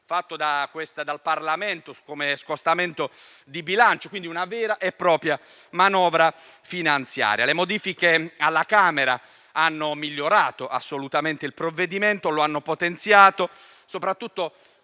dal Parlamento, come scostamento di bilancio: una vera e propria manovra finanziaria. Le modifiche alla Camera hanno assolutamente migliorato il provvedimento, lo hanno potenziato, soprattutto